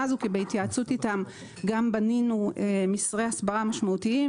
הזו ובהתייעצות איתם בנינו מסרי הסברה משמעותיים.